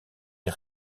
est